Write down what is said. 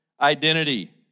identity